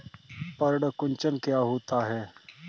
पर्ण कुंचन क्या होता है?